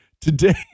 today